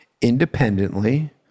independently